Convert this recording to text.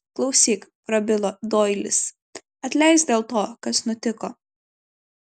klausyk prabilo doilis atleisk dėl to kas nutiko